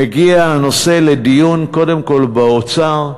מגיע הנושא לדיון, קודם כול באוצר,